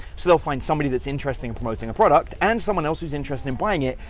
so they'll find somebody that's interested in promoting a product and someone else who's interested in buying it,